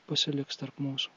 pasiliks tarp mūsų